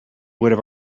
would